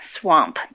Swamp